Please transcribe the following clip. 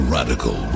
Radical